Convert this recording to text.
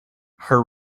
her